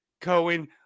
cohen